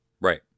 right